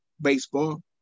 baseball